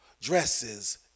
Dresses